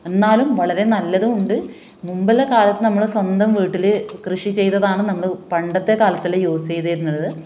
എന്നാലും വളരെ നല്ലതുമുണ്ട് മുമ്പുള്ള കാലത്ത് നമ്മൾ സ്വന്തം വീട്ടിൽ കൃഷി ചെയ്തതാണ് നമ്മൾ പണ്ടത്തെ കാലത്തെല്ലാം യൂസ് ചെയ്തിരുന്നത്